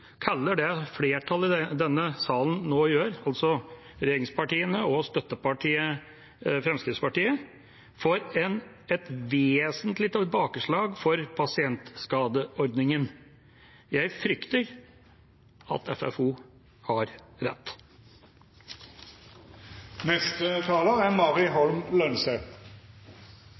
kaller det flertallet i denne sal nå gjør – altså regjeringspartiene og støttepartiet Fremskrittspartiet – for et vesentlig tilbakeslag for pasientskadeordningen. Jeg frykter at FFO har